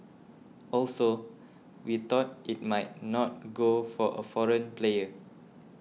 also we thought it might not go for a foreign player